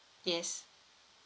yes